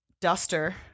duster